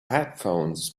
headphones